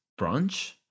brunch